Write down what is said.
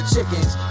Chickens